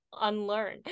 unlearn